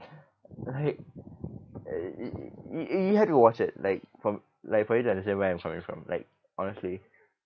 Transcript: like y~ y~ y~ you have to watch it like for like for you to understand where I'm coming from like honestly